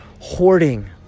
hoarding